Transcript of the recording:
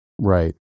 Right